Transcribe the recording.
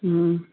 ꯎꯝ